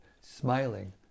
smiling